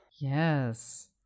Yes